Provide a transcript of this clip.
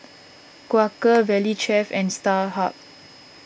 Quaker Valley Chef and Starhub